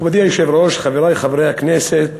מכובדי היושב-ראש, חברי חברי הכנסת,